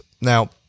Now